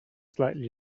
slightly